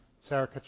Sarah